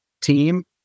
team